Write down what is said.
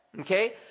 okay